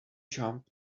jump